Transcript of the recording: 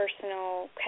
personal